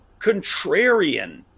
contrarian